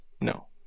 No